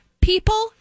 People